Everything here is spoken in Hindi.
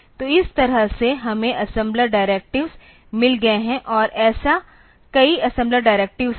तो इस तरह से हमें असेंबलर डिरेक्टिवेस मिल गए हैं और ऐसे कई असेंबलर डिरेक्टिवेस हैं